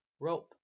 Rope